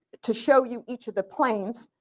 to show you each of the planes,